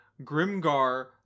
Grimgar